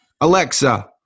Alexa